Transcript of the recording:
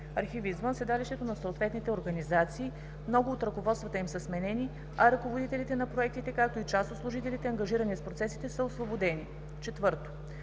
архиви извън седалището на съответните организации, много от ръководствата им са сменени, а ръководителите на проектите, както и част от служителите, ангажирани с процесите, са освободени. 4.